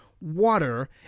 water